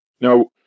Now